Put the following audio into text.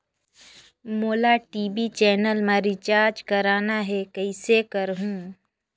मोला TV channel मा recharge करना हे, कइसे करहुँ?